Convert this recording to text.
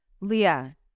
Leah